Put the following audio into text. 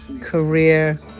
career